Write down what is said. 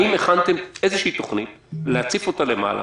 האם הכנתם איזו תוכנית כדי להציף למעלה